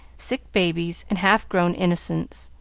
sick babies, and half-grown innocents.